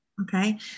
Okay